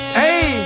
hey